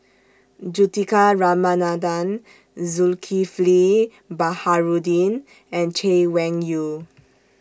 Juthika Ramanathan Zulkifli Baharudin and Chay Weng Yew